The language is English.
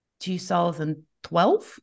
2012